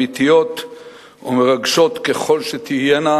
אמיתיות ומרגשות ככל שתהיינה,